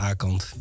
A-kant